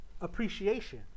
appreciation